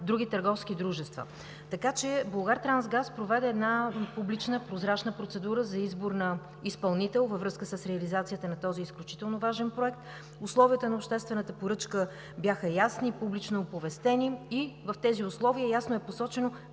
други търговски дружества. „Булгартрансгаз“ проведе публична, прозрачна процедура за избор на изпълнител във връзка с реализацията на този изключително важен проект. Условията на обществената поръчка бяха ясни и публично оповестени и в тях ясно е посочено